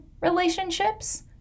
relationships